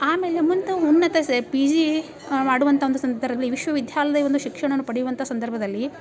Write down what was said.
ಆಮೇಲೆ ಮುಂತ ಉನ್ನತ ಸೆ ಪಿ ಜೀ ಮಾಡುವಂಥ ಒಂದು ಸಂದರ್ಲಿ ವಿಶ್ವವಿದ್ಯಾಲಯದ ಒಂದು ಶಿಕ್ಷಣವನ್ನು ಪಡೆಯುವಂಥ ಸಂದರ್ಭದಲ್ಲಿ